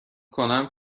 کنم